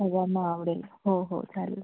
सगळ्यांना आवडेल हो हो चालेल